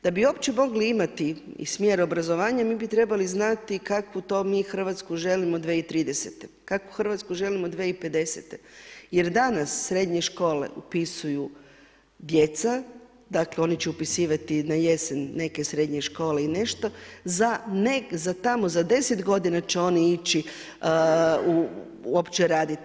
Da bi uopće mogli imati smjer obrazovanje mi bi trebali znati kakvu to mi Hrvatsku želimo 2030. kakvu Hrvatsku želimo 2050. jer danas srednje škole upisuju djeca, dakle oni će upisivati na jesen neke srednje škole i nešto, za tamo za deset godina će oni ići uopće raditi.